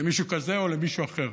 למישהו כזה או למישהו אחר.